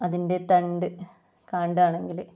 അതിൻ്റെ തണ്ട് കാണ്ഡം ആണെങ്കിൽ